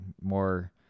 More